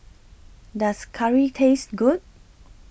Does Curry Taste Good